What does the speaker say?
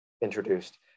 introduced